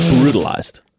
brutalized